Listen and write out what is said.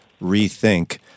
rethink